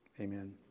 Amen